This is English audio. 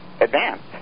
advance